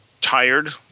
tired